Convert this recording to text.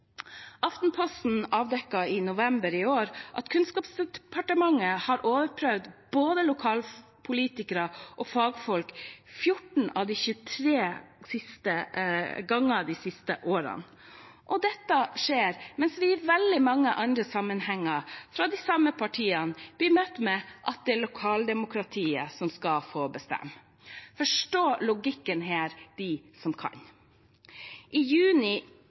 Aftenposten avdekket i november i fjor at Kunnskapsdepartementet har overprøvd både lokalpolitikere og fagfolk 14 av 23 ganger de siste årene. Dette skjer mens vi i veldig mange andre sammenhenger fra de samme partiene blir møtt med at det er lokaldemokratiet som skal få bestemme. Forstå logikken her, den som kan. I juni